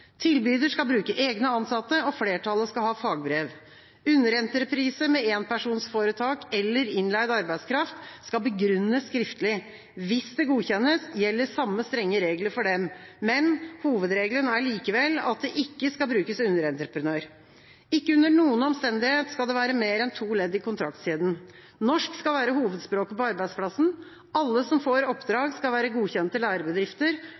Tilbyder skal bruke egne ansatte, og flertallet skal ha fagbrev. Underentreprise med enpersonsforetak eller innleid arbeidskraft skal begrunnes skriftlig. Hvis det godkjennes, gjelder samme strenge regler for dem, men hovedregelen er likevel at det ikke skal brukes underentreprenør. Ikke under noen omstendighet skal det være mer enn to ledd i kontraktskjeden. Norsk skal være hovedspråket på arbeidsplassen. Alle som får